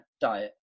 diet